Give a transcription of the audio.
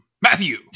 Matthew